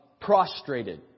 prostrated